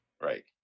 Right